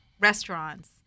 restaurants